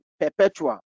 Perpetual